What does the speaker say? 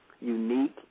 unique